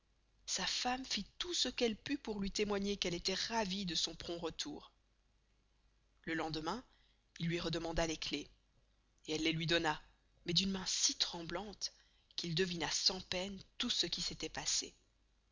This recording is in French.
sa femme fit tout ce qu'elle put pour lui témoigner qu'elle estoit ravie de son promt retour le lendemain il luy redemanda les clefs et elle les luy donna mais d'une main si tremblante qu'il devina sans peine tout ce qui s'estoit passé